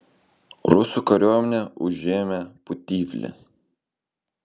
rusų kariuomenė užėmė putivlį